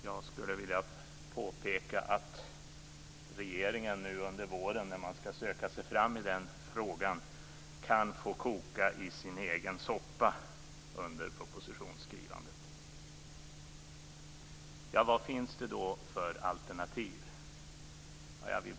Jag vill påpeka att regeringen under våren när man skall söka sig fram i den frågan kan få koka i sin egen soppa under propositionsskrivandet. Vad finns det då för alternativ?